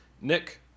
Nick